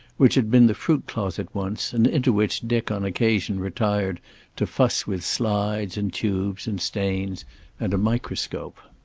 which had been the fruit closet once, and into which dick on occasion retired to fuss with slides and tubes and stains and a microscope.